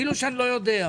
כאילו אני לא יודע.